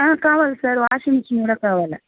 కావాలి sir washing machine కూడా కావాలి